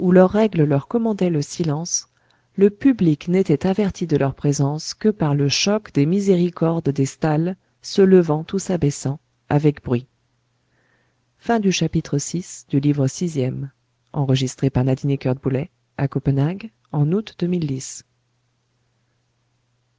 leur règle leur commandait le silence le public n'était averti de leur présence que par le choc des miséricordes des stalles se levant ou s'abaissant avec bruit chapitre vii